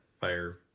Fire